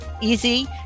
easy